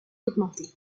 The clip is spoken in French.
d’augmenter